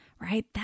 Right